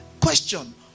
Question